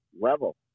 level